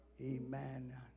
Amen